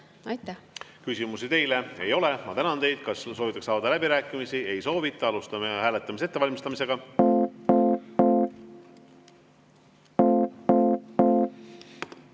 Aitäh! Küsimusi teile ei ole. Ma tänan teid. Kas soovitakse avada läbirääkimisi? Ei soovita. Alustame hääletamise ettevalmistamist.